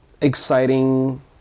exciting